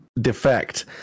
defect